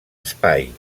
espai